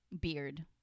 beard